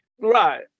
Right